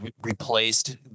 replaced